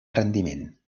rendiment